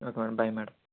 okay madam bye madam